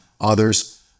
others